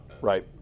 Right